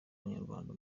abanyarwanda